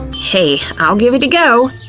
hey, i'll give it a go!